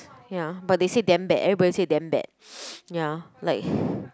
ya but they say damn bad everybody say damn bad ya like